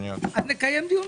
אז נקיים דיון,